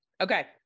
Okay